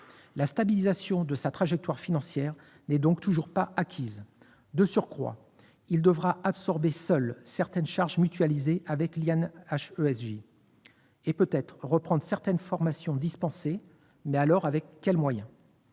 La stabilisation de sa trajectoire financière n'est donc toujours pas acquise. De surcroît, cet organisme devra absorber, seul, certaines charges mutualisées avec I'INHESJ et, peut-être, reprendre certaines formations dispensées. Avec quels moyens ?